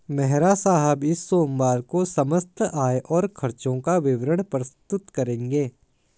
मेहरा साहब इस सोमवार को समस्त आय और खर्चों का विवरण प्रस्तुत करेंगे